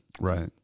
Right